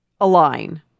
align